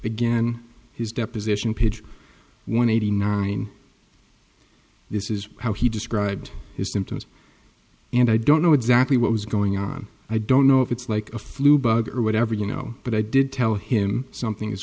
again his deposition page one eighty nine this is how he described his symptoms and i don't know exactly what was going on i don't know if it's like a flu bug or whatever you know but i did tell him something is